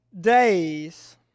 days